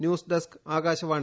news desk Akashvani